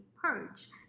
purge